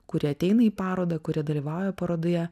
kurie ateina į parodą kurie dalyvauja parodoje